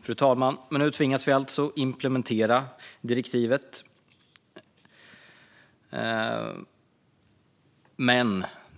Fru talman! Nu tvingas vi dock implementera direktivet.